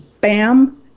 Bam